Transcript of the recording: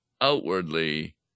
outwardly